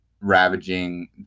ravaging